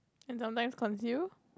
and sometimes conceal